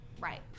right